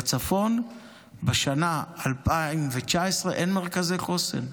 בצפון בשנת 2019, אין מרכזי חוסן.